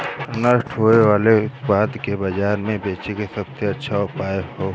नष्ट होवे वाले उतपाद के बाजार में बेचे क सबसे अच्छा उपाय का हो?